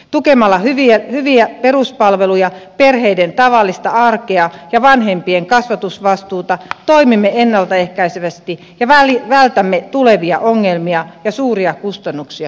tukemalla hyviä peruspalveluja perheiden tavallista arkea ja vanhempien kasvatusvastuuta toimimme ennalta ehkäisevästi ja vältämme tulevia ongelmia ja suuria kustannuksia kunnissa